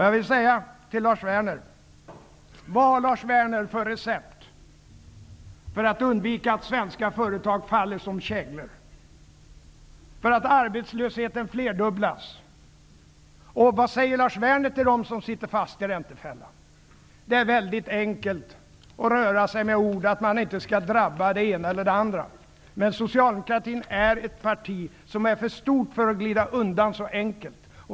Jag vill fråga Lars Werner: Vad har Lars Werner för recept för att undvika att svenska företag faller som käglor och att arbetslösheten flerdubblas? Vad säger Lars Werner till dem som sitter fast i räntefällan? Det är väldigt enkelt att röra sig med ord och säga att det inte skall drabba den ena eller den andra. Men Socialdemokraterna är ett parti som är för stort för att kunna glida undan så enkelt.